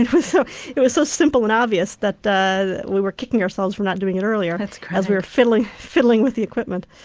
it was so it was so simple and obvious that we were kicking ourselves for not doing it earlier as we were fiddling fiddling with the equipment.